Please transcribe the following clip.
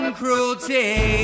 cruelty